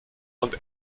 und